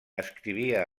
escrivia